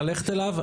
ללכת אליו?